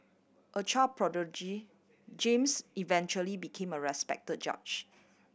a child prodigy James eventually became a respect judge